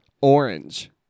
Orange